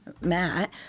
Matt